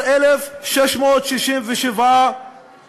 18,667